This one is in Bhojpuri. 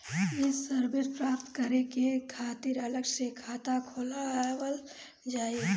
ये सर्विस प्राप्त करे के खातिर अलग से खाता खोलल जाइ?